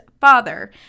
father